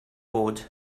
board